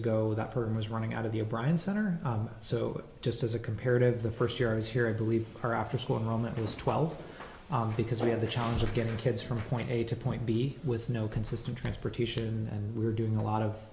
ago that person was running out of the o'brien center so just as a comparative the first year i was here i believe her after school home that is twelve because we have the challenge of getting kids from point a to point b with no consistent transportation and we're doing a lot of